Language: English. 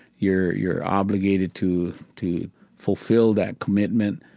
you're you're obligated to to fulfill that commitment.